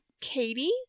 Katie